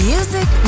Music